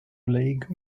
league